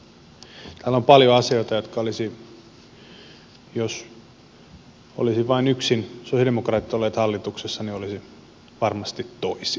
täällä on paljon asioita jotka olisivat jos olisivat vain yksin sosialidemokraatit olleet hallituksessa varmasti toisin